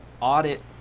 audit